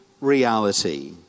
reality